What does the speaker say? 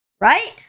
Right